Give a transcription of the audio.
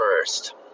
first